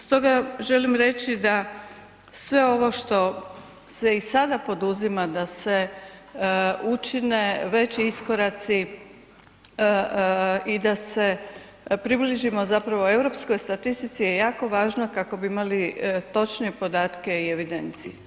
Stoga želim reći da sve ovo što se i sada poduzima da se učine veći iskoraci i da se približimo europskoj statistici je jako važno kako bi imali točnije podatke i evidencije.